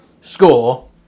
score